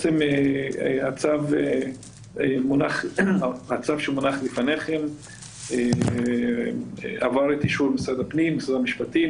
הצו שמונח לפניכם עבר את אישור משרד הפנים ומשרד המשפטים.